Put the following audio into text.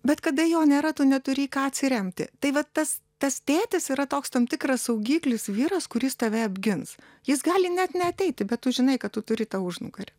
bet kada jo nėra tu neturi į ką atsiremti tai va tas tas tėtis yra toks tam tikras saugiklis vyras kuris tave apgins jis gali net neateiti bet tu žinai kad tu turi tą užnugarį